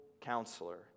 Counselor